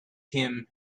him